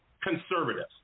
Conservatives